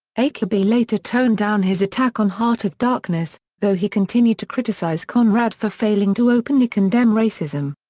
achebe later toned down his attack on heart of darkness, though he continued to criticize conrad for failing to openly condemn racism.